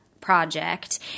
project